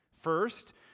First